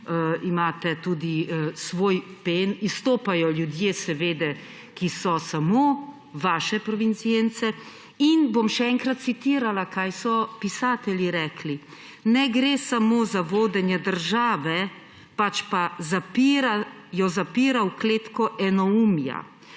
imate tudi svoj Pen. Izstopajo ljudje seveda, ki so samo vaše provenience. In bom še enkrat citirala, kaj so pisatelji rekli: »Ne gre samo za vodenje države, pač pa jo zapira v kletko enoumja.